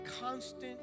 constant